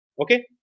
okay